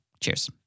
Cheers